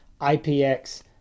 ipx